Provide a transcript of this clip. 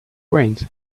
brains